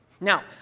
Now